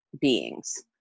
beings